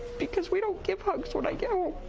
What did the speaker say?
because we don't give hugs when i get